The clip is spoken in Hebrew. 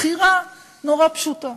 בחירה נורא פשוטה.